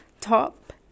Top